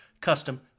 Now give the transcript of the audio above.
custom